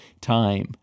time